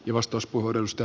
arvoisa puhemies